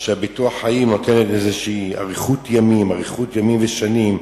שביטוח חיים נותן אריכות ימים, אריכות ימים ושנים.